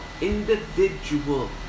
individual